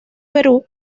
perú